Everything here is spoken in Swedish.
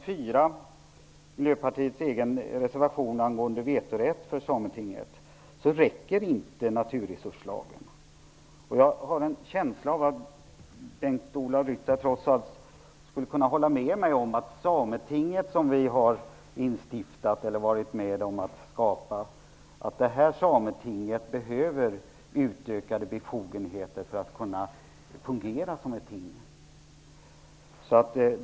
4, Miljöpartiets egen reservation angående vetorätt för Sametinget, räcker inte naturresurslagen. Jag har en känsla av att Bengt-Ola Ryttar trots allt skulle kunna hålla med mig om att Sametinget, som vi har varit med om skapa, behöver utökade befogenheter för att kunna fungera som ett ting.